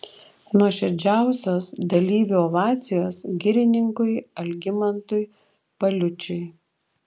nuoširdžiausios dalyvių ovacijos girininkui algimantui paliučiui